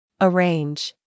Arrange